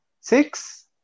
six